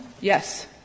Yes